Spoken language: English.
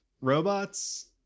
robots